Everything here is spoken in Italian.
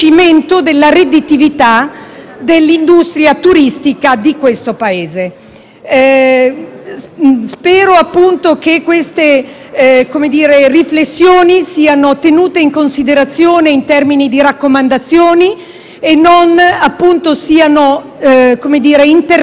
dell'industria turistica di questo Paese. Spero appunto che queste riflessioni siano tenute in considerazione in termini di raccomandazioni e non siano interpretate come critiche.